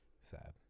Sad